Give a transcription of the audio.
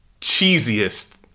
cheesiest